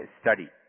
study